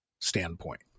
standpoint